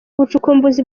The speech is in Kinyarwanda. ubucukumbuzi